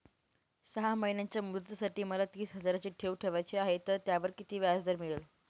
सहा महिन्यांच्या मुदतीसाठी मला तीस हजाराची ठेव ठेवायची आहे, तर त्यावर किती व्याजदर मिळेल?